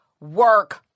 Work